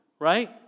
right